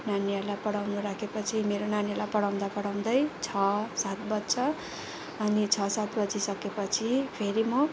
नानीहरूलाई पढाउनु राखेपछि मेरो नानीलाई पढाउँदा पढाउँदै छ सात बज्छ अनि छ सात बजीसकेपछि फेरि म